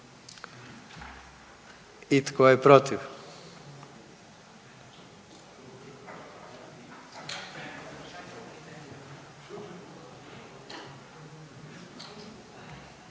I tko je protiv?